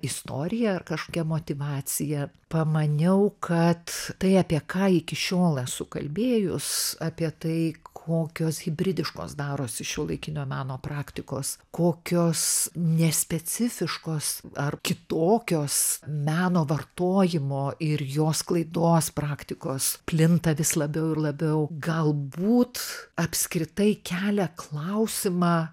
istoriją ar kažkokią motyvaciją pamaniau kad tai apie ką iki šiol esu kalbėjus apie tai kokios hibridiškos darosi šiuolaikinio meno praktikos kokios nespecifiškos ar kitokios meno vartojimo ir jos sklaidos praktikos plinta vis labiau ir labiau galbūt apskritai kelia klausimą